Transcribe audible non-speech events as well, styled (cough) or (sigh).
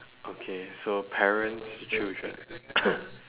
okay so parents children (coughs)